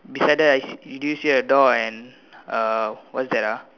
beside that I see do you see a door and uh what's that ah